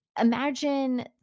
Imagine